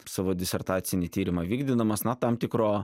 savo disertacinį tyrimą vykdydamas na tam tikro